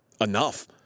enough